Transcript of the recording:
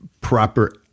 proper